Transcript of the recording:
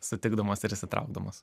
sutikdamos ir išsitraukdamos